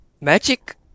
magic